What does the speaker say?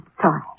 sorry